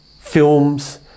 films